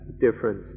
difference